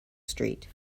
street